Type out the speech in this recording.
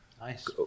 Nice